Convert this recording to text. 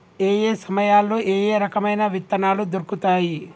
ఏయే సమయాల్లో ఏయే రకమైన విత్తనాలు దొరుకుతాయి?